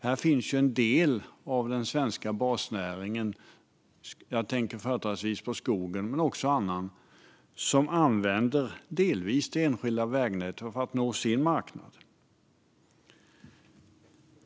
Här finns en del av den svenska basnäringen - jag tänker företrädesvis på skogen men också på annat - som delvis använder det enskilda vägnätet för att nå sin marknad.